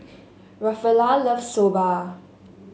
Rafaela loves Soba